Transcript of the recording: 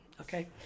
Okay